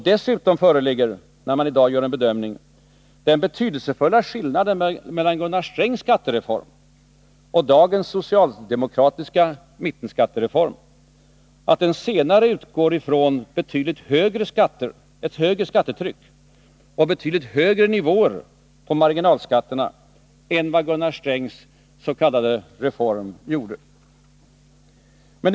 Dessutom föreligger när man i dag gör en bedömning den betydelsefulla skillnaden mellan Gunnar Strängs skattereform och dagens socialdemokratiska-mitten-skattereform, att den senare utgår från ett betydligt högre skattetryck och en betydligt högre nivå på marginalskatterna än vad Gunnar Strängs s.k. reform gjorde.